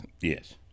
yes